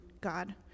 God